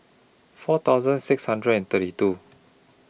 four thousand six hundred and thirty two